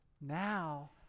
Now